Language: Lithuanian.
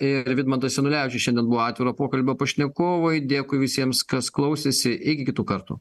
ir vidmantas janulevičius šiandien buvo atviro pokalbio pašnekovai dėkui visiems kas klausėsi iki kitų kartų